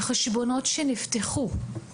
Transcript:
וחשבונות שנפתחו,